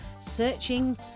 searching